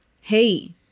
hey